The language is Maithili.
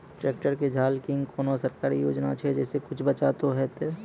ट्रैक्टर के झाल किंग कोनो सरकारी योजना छ जैसा कुछ बचा तो है ते?